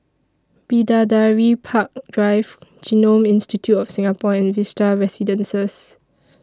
Bidadari Park Drive Genome Institute of Singapore and Vista Residences